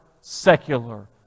secular